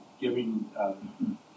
giving